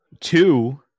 two